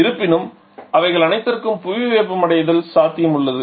இருப்பினும் அவைகள் அனைத்திற்கும் புவி வெப்பமடைதல் சாத்தியம் உள்ளது